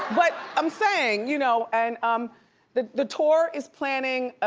but i'm saying you know, and, um the the tour is planning,